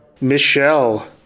Michelle